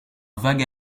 vague